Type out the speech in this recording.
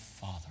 father